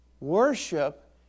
Worship